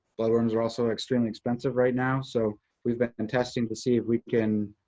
blood worms are also extremely expensive right now, so we've been and testing to see if we can,